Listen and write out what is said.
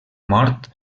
mort